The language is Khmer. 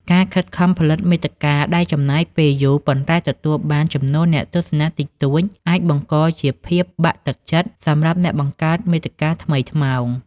ការខិតខំផលិតមាតិកាដែលចំណាយពេលយូរ ប៉ុន្តែទទួលបានចំនួនអ្នកទស្សនាតិចតួច អាចបង្កជាភាពបាក់ទឹកចិត្តសម្រាប់អ្នកបង្កើតមាតិកាថ្មីថ្មោង។